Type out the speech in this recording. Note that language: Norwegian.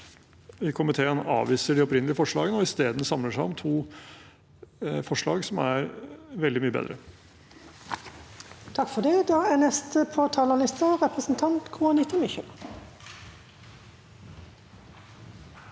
komiteen avviser det opprinnelige forslaget og i stedet samler seg om to forslag, som er veldig mye bedre.